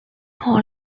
hall